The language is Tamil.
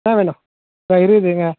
என்ன வேணும் ஆ இருக்குதுங்க